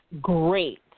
Great